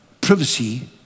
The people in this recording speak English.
Privacy